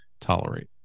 tolerate